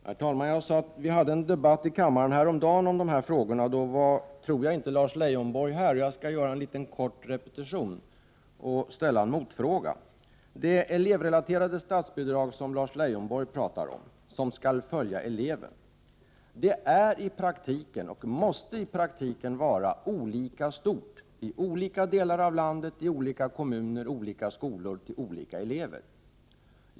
Herr talman! Vi hade häromdagen en debatt i kammaren om de här frågorna, och då tror jag inte att Lars Leijonborg var här. Jag skall därför göra en kort repetition och ställa en motfråga. Det elevrelaterade statsbidrag som Larz Leijonborg talar om och som skall följa eleven är i praktiken, och måste i praktiken vara, olika stort i olika delar av landet för olika kommuner, skolor och elever.